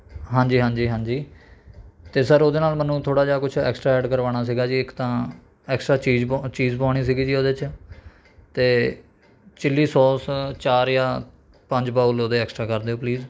ਹਾਂਜੀ ਹਾਂਜੀ ਹਾਂਜੀ ਅਤੇ ਸਰ ਉਹਦੇ ਨਾਲ ਮੈਨੂੰ ਥੋੜ੍ਹਾ ਜਿਹਾ ਕੁਛ ਐਕਸਟਰਾ ਐਡ ਕਰਵਾਉਣਾ ਸੀਗਾ ਜੀ ਇੱਕ ਤਾਂ ਐਕਸਟਰਾ ਚੀਜ਼ ਪੁਆ ਚੀਜ਼ ਪੁਆਉਣੀ ਸੀਗੀ ਜੀ ਉਹਦੇ 'ਚ ਅਤੇ ਚਿੱਲੀ ਸੋਸ ਚਾਰ ਜਾਂ ਪੰਜ ਬਾਓਲ ਉਹਦੇ ਐਕਸਟਰਾ ਕਰ ਦਿਉ ਪਲੀਜ਼